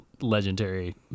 legendary